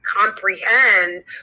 comprehend